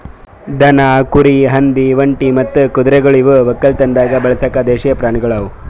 ದನ, ಕುರಿ, ಹಂದಿ, ಒಂಟಿ ಮತ್ತ ಕುದುರೆಗೊಳ್ ಇವು ಒಕ್ಕಲತನದಾಗ್ ಬಳಸ ದೇಶೀಯ ಪ್ರಾಣಿಗೊಳ್ ಅವಾ